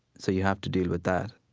so you have to deal with that